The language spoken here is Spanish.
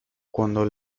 cuando